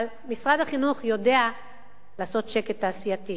אבל משרד החינוך יודע לעשות שקט תעשייתי.